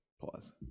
pause